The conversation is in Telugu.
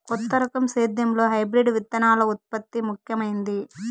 కొత్త రకం సేద్యంలో హైబ్రిడ్ విత్తనాల ఉత్పత్తి ముఖమైంది